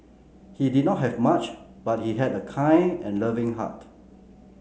he did not have much but he had a kind and loving heart